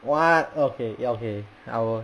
what okay okay I will